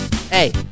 hey